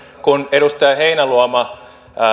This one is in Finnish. kun edustaja heinäluoma